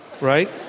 Right